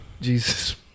Jesus